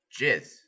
jizz